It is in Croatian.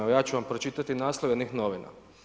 Evo ja ću vam pročitati naslove jednih novina.